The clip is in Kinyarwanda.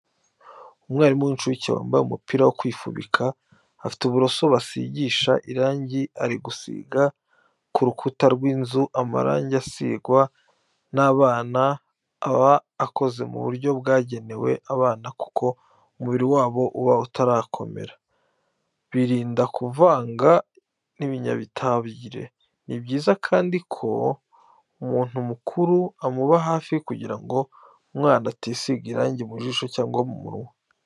Umwana w'incuke wambaye umupira wo kwifubika afite uburoso basigisha irangi ari gusiga ku rukuta rw'inzu. Amarangi asigwa n'abana aba akoze mu buryo bwagenewe abana kuko umubiri wabo uba utarakomera, birinda kuyavanga n'ibinyabutabire. Ni byiza kandi ko umuntu mukuru amuba hafi kugira ngo umwana atisiga irangi mu jisho cyangwa mu kanwa.